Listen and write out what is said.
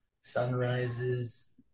sunrises